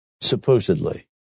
supposedly